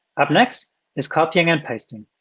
up next is copying and pasting.